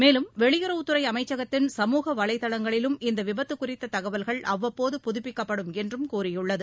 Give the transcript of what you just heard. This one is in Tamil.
மேலும் வெளியுறவுத் துறை அமைச்சகத்தின் சமூக வலைதளங்களிலும் இந்த விபத்து குறித்த தகவல்கள் அவ்வப்போது புதுப்பிக்கப்படும் என்றும் கூறியுள்ளது